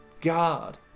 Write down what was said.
God